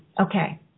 Okay